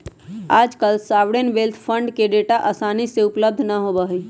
आजकल sovereign wealth fund के data आसानी से उपलब्ध ना होबा हई